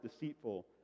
deceitful